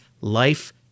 life